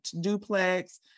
duplex